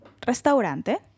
restaurante